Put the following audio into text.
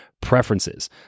preferences